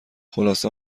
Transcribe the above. خلاصه